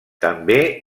també